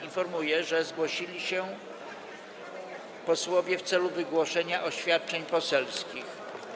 Informuję, że zgłosili się posłowie w celu wygłoszenia oświadczeń poselskich.